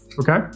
Okay